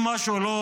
אם משהו לא